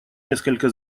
несколько